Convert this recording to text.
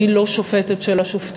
אני לא שופטת של השופטים,